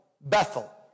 Bethel